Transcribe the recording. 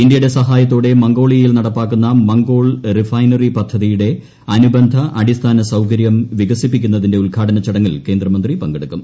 ഇന്ത്യയുടെ സഹായത്തോടെ മംഗോളിയയിൽ നടപ്പാക്കുന്ന മംഗോൾ റിഫൈനറി പദ്ധതിയുടെ അനുബന്ധ അടിസ്ഥാന സൌകര്യം വികസിപ്പിക്കുന്നതിന്റെ ഉദ്ഘാടന ചടങ്ങിൽ കേന്ദ്രമന്ത്രി പങ്കെടുക്കും